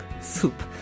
Soup